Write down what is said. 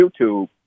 YouTube